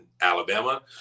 Alabama